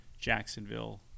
jacksonville